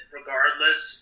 regardless